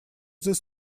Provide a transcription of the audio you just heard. this